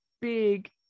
big